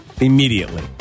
immediately